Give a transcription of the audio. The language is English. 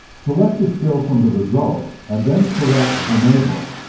select the skill from the results, and then select enable.